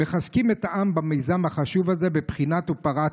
מחזקים את העם במיזם החשוב הזה בבחינת "ופרצת".